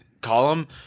column